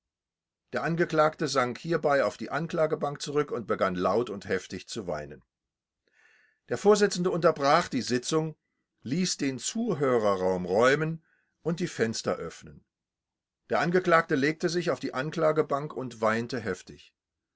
der angeklagte sank hierbei auf die anklagebank zurück und begann laut und heftig zu weinen der vorsitzende unterbrach die sitzung ließ den zuhörerraum räumen und die fenster öffnen der angeklagte legte sich auf die anklagebank und weinte heftig